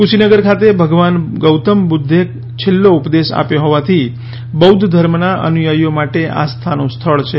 કુશીનગર ખાતે ભગવાન ગૌતમ બુદ્ધે છેલ્લો ઉપદેશ આપ્યો હોવાથી બોદ્ધધર્મના અનુયાયીઓ માટે આસ્થાનું સ્થળ છે